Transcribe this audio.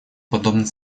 подобный